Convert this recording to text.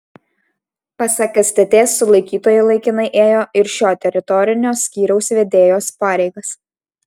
pasak stt sulaikytoji laikinai ėjo ir šio teritorinio skyriaus vedėjos pareigas